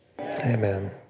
amen